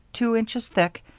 two inches thick,